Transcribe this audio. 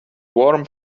warm